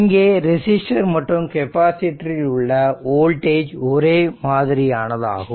இங்கே ரெசிஸ்டர் மற்றும் கெப்பாசிட்டர் இல் உள்ள வோல்டேஜ் ஒரே மாதிரியானதாகும்